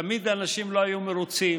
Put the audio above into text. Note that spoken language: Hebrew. תמיד אנשים לא היו מרוצים,